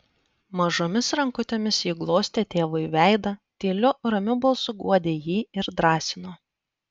mažomis rankutėmis ji glostė tėvui veidą tyliu ramiu balsu guodė jį ir drąsino